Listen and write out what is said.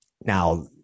Now